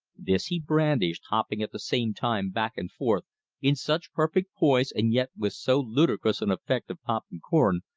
this he brandished, hopping at the same time back and forth in such perfect poise and yet with so ludicrous an effect of popping corn,